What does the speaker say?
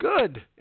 good